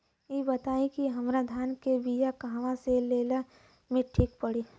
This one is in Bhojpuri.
इ बताईं की हमरा धान के बिया कहवा से लेला मे ठीक पड़ी?